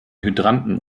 hydranten